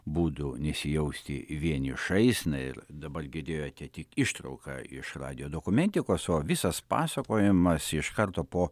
būdų nesijausti vienišais na ir dabar girdėjote tik ištrauką iš radijo dokumentikos o visas pasakojimas iš karto po